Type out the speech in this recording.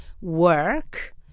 work